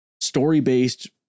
story-based